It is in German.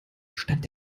stand